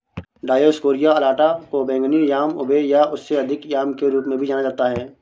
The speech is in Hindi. डायोस्कोरिया अलाटा को बैंगनी याम उबे या उससे अधिक याम के रूप में भी जाना जाता है